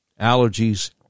allergies